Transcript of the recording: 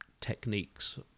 techniques